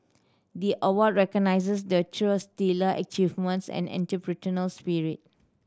the award recognises the trio's stellar achievements and entrepreneurial spirit